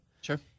sure